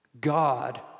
God